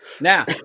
Now